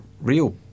real